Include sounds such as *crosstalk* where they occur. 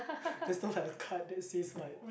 *breath* there's no like a card that says like